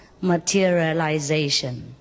materialization